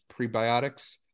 prebiotics